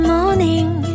Morning